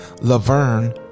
Laverne